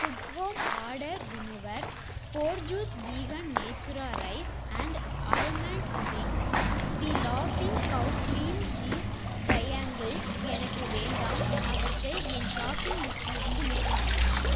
good Home odour remover Borges vegan Natura rice and almond drink the லாஃபிங் Cow cream cheese triangle எனக்கு வேண்டாம் அவற்றை என் shopping லிஸ்ட்டிலிருந்து நீக்க முடியுமா